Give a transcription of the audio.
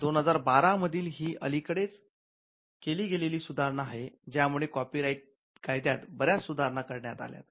२०१२ मधील ही अलीकडेच केली गेलेली सुधारणा आहे ज्या मुळे कॉपी राईट कायद्यात बऱ्याच सुधारणा करण्यात आल्यात